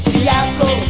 Diablo